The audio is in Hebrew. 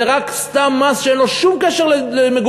זה רק סתם מס שאין לו שום קשר למגורים.